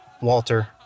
Walter